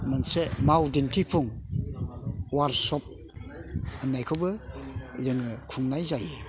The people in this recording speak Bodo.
मोनसे माव दिन्थिफुं वार्कसप होननायखौबो जोङो खुंनाय जायो